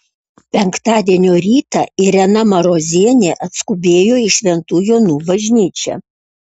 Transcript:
penktadienio rytą irena marozienė atskubėjo į šventų jonų bažnyčią